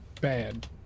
Bad